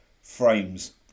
frames